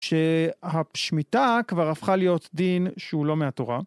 שהשמיטה כבר הפכה להיות דין שהוא לא מהתורה.